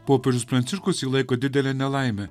popiežius pranciškus laiko didelę nelaimę